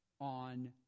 on